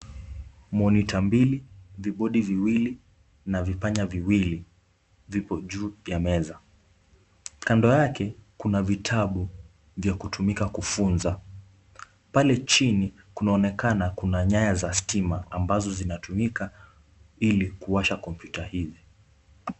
Monitor mbili, vibodi viwili na vipanya viwili vipo juu ya meza. Kando yake kuna vitabu vya kutumika kufunza. Pale chini kunaonekana kuna nyaya za stima ambazo zinatumika ili kuwasha kompyuta hizi.